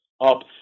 up